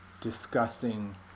disgusting